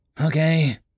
Okay